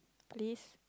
please